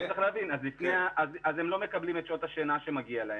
הם לא מקבלים את שעות השינה שמגיעות להם,